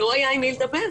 לא היה עם מי לדבר.